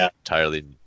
entirely